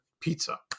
pizza